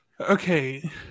Okay